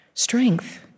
strength